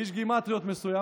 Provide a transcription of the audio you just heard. איש גימטריות מסוים,